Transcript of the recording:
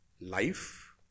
Life